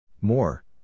More